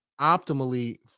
optimally